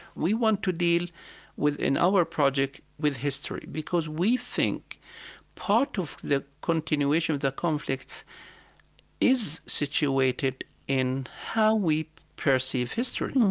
we want to deal with, in our project, with history, because we think part of the continuation of the conflicts is situated in how we perceive history,